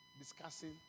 discussing